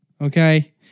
Okay